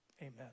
amen